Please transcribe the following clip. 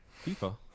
FIFA